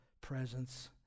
presence